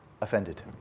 offended